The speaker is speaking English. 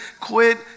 quit